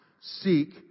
seek